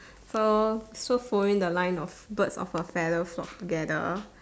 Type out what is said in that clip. so so following the line of birds of a feather flock together